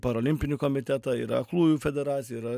parolimpinį komitetą yra aklųjų federacija yra